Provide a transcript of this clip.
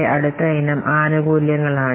അടുത്ത ആശയം ആനുകൂല്യങ്ങൾ ആണ്